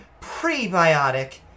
prebiotic